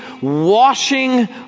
washing